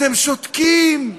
אתם שותקים,